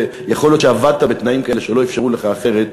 ויכול להיות שעבדת בתנאים כאלה שלא אפשרו לך אחרת,